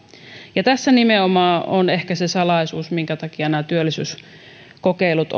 ja tässä nimenomaan on ehkä se salaisuus minkä takia nämä työllisyyskokeilut